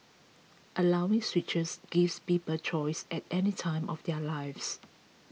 allowing switches gives people choice at any time of their lives